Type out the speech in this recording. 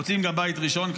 מוצאים גם בית ראשון,